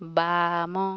ବାମ